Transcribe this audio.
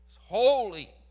Holy